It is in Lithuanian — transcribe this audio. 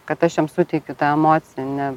kad aš jam suteikiu tą emocinį